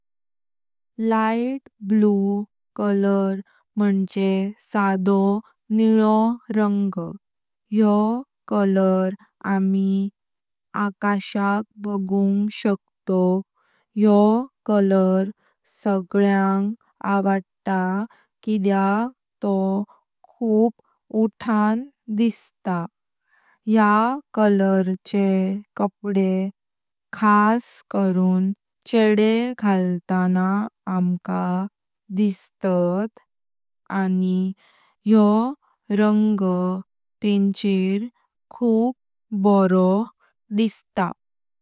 Light blue colour मुञे साडो निलो रंग। यो रंग आणी आकाशाक बाघुंग शकतोव। यो रंग सगळ्यांग आवडता कित्याक तो खूप उठा़ण दिसता। या रंगाचे कपड़े खास करुन छेडे घालताना आमका दिसत। आनी यो रंग तेन्चेर खूप बरो दिसता।